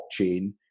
blockchain